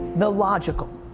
the logical.